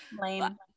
Lame